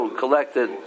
collected